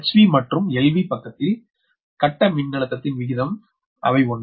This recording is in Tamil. வி மற்றும் எல்வி பக்கத்தில் கட்ட மின்னழுத்தத்தின் விகிதம் அவை ஒன்றே